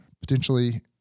potentially